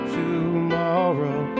tomorrow